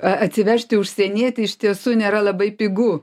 a atsivežti užsienietį iš tiesų nėra labai pigu